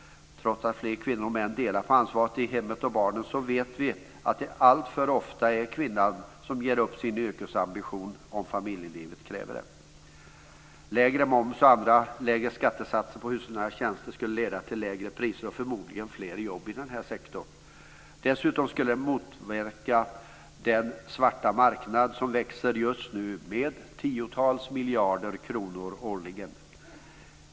Trots att fler kvinnor och män delar på ansvaret för hemmet och barnen vet vi att det alltför ofta är kvinnan som ger upp sina yrkesambitioner om familjelivet kräver det. Lägre moms och andra lägre skattesatser på hushållsnära tjänster skulle leda till lägre priser och förmodligen fler jobb i denna sektor. Dessutom skulle det motverka den svarta marknad som just nu växer med tiotals miljarder kronor årligen.